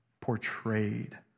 portrayed